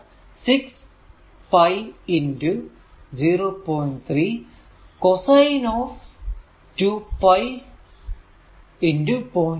3മില്ലി ampere ആണ്